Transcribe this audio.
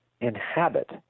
inhabit